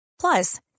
Plus